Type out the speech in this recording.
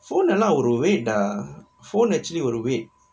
phone allow wait ah phone actually will wait